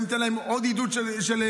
תן להם עוד עידוד של השקעות,